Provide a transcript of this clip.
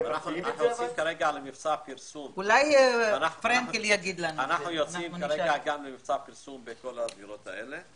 אנחנו יוצאים כרגע במסע פרסום לדירות האלה.